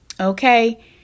Okay